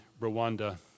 Rwanda